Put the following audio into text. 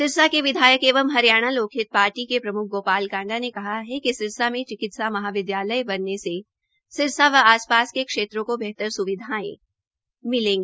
सिरसा के विधायक एवं हरियाणा लोकहित पार्टी के प्रमुख गोपाल कांडा ने कहा है कि सिरसा में चिकित्सा महाविद्यालय बनने से सिरसा व आस पास के क्षेत्रों को बेहतर स्वास्थ्य स्विधायें मिलेगी